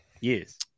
yes